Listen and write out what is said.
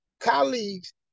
colleagues